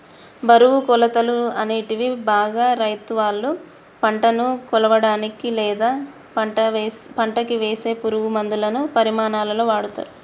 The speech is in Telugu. బరువు, కొలతలు, అనేటివి బాగా రైతులువాళ్ళ పంటను కొలవనీకి, లేదా పంటకివేసే పురుగులమందుల పరిమాణాలలో వాడతరు